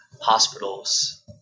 Hospitals